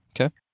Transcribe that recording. Okay